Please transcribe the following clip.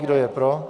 Kdo je pro?